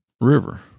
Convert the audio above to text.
river